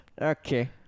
Okay